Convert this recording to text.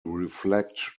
reflect